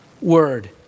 word